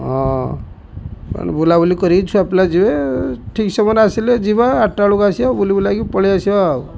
ହଁ ବୁଲାବୁଲି କରିକି ଛୁଆ ପିଲା ଯିବେ ଠିକ ସମୟରେ ଆସିଲେ ଯିବା ଆଠଟା ବେଳକୁ ଆସିବା ବୁଲି ବୁଲାକି ପଳେଇ ଆସିବା ଆଉ